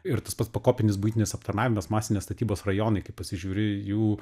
ir tas pats pakopinis buitinis aptarnavimas masinės statybos rajonai kai pasižiūri jų